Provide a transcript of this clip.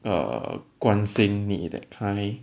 err 关心你 that kind